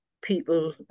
people